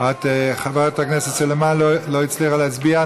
חברת הכנסת סלימאן לא הצליחה להצביע.